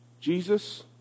Jesus